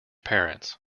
parents